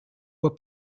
were